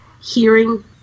hearing